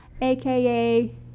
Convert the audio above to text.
aka